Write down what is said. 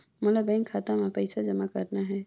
मोला बैंक खाता मां पइसा जमा करना हे?